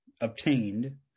obtained